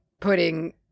putting